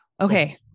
Okay